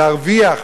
להרוויח,